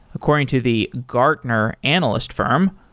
according to the gartner analyst firm,